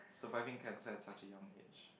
surviving cancer at such a young age